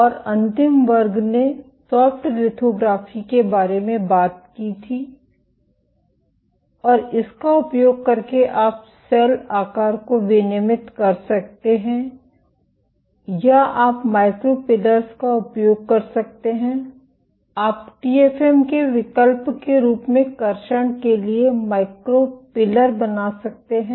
और अंतिम वर्ग ने सॉफ्ट लिथोग्राफी के बारे में बात की थी और इसका उपयोग करके आप सेल आकार को विनियमित कर सकते हैं या आप माइक्रो पिलर्स का उपयोग कर सकते हैं आप टीएफएम के विकल्प के रूप में कर्षण के लिए माइक्रो पिलर बना सकते हैं